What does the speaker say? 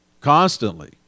constantly